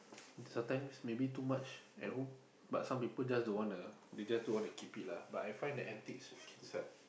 sometimes maybe too much at home but some people just don't wanna they just don't wanna keep it lah but I find that antiques can sell